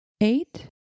Eight